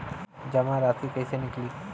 जमा राशि कइसे निकली?